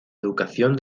educación